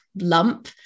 lump